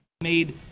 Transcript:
made